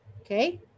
okay